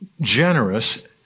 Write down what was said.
generous